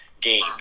game